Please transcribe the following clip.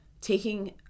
taking